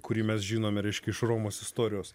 kurį mes žinome reiškia iš romos istorijos